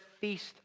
Feast